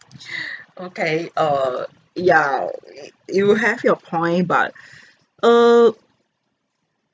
okay err yeah you have your point but err